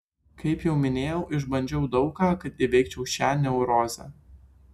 kaip jau minėjau išbandžiau daug ką kad įveikčiau šią neurozę